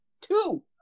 two